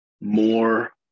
more